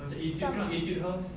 some ah